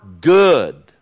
good